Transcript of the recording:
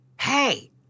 hey